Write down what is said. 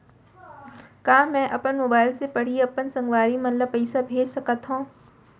का मैं अपन मोबाइल से पड़ही अपन संगवारी मन ल पइसा भेज सकत हो?